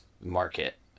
market